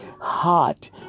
heart